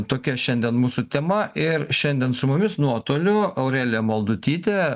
tokia šiandien mūsų tema ir šiandien su mumis nuotoliu aurelija maldutytė